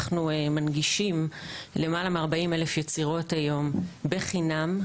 אנחנו מנגישים למעלה מ-40 אלף יצירות היום בחינם,